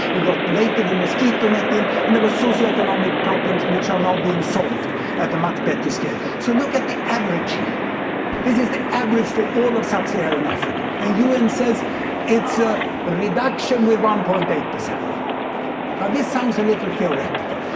we got, later, the mosquito netting. and there was socio-economic problems, which are now being solved at a much better scale. so look at the average here this is the average for all of sub-saharan africa. and u n. says it's a but reduction with one point eight percent. now this sounds a little theoretical,